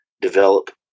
develop